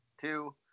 two